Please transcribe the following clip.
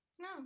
no